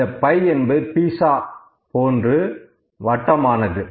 இந்த பை என்பது பீட்சா போன்று வட்டமானது